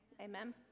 Amen